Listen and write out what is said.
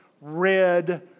red